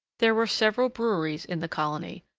there were several breweries in the colony,